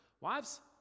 Wives